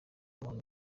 umuntu